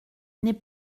n’est